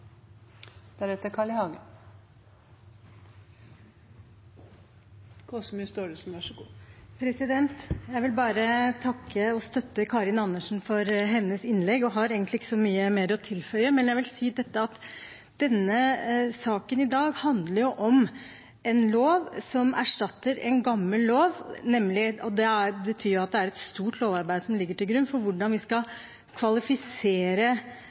Jeg vil bare takke og støtte Karin Andersen for hennes innlegg og har egentlig ikke så mye mer å tilføye. Men jeg vil si at denne saken i dag handler om en lov som erstatter en gammel lov, og det betyr jo at det er et stort lovarbeid som ligger til grunn for hvordan vi skal kvalifisere